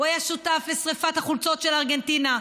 הוא היה שותף לשרפת החולצות של ארגנטינה,